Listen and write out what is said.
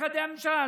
במשרדי הממשלה?